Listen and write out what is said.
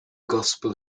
gospel